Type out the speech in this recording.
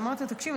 אמרתי לו: תקשיב,